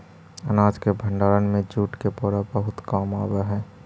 अनाज के भण्डारण में जूट के बोरा बहुत काम आवऽ हइ